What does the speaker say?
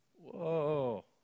Whoa